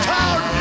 town